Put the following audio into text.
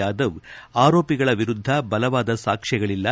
ಯಾಧವ್ ಆರೋಪಿಗಳ ವಿರುದ್ದ ಬಲವಾದ ಸಾಕ್ಷ್ಮಗಳಲ್ಲ